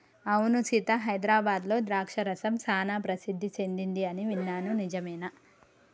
అవును సీత హైదరాబాద్లో ద్రాక్ష రసం సానా ప్రసిద్ధి సెదింది అని విన్నాను నిజమేనా